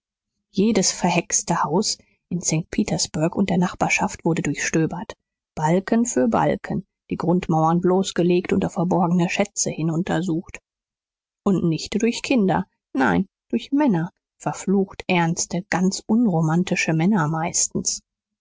jedes verhexte haus in st petersburg und der nachbarschaft wurde durchstöbert balken für balken die grundmauern bloßgelegt und auf verborgene schätze hin untersucht und nicht durch kinder nein durch männer verflucht ernste ganz unromantische männer meistens